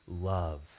love